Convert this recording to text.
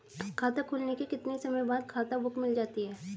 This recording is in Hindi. खाता खुलने के कितने समय बाद खाता बुक मिल जाती है?